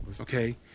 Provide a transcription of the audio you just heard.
okay